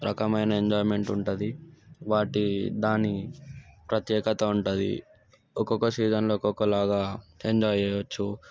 రకమైన ఎంజాయిమెంట్ ఉంటుంది వాటి దాని ప్రత్యేకత ఉంటుంది ఒక్కొక్క సీజన్లో ఒకొక్కలాగా ఎంజాయ్ చేయచ్చు